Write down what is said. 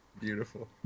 beautiful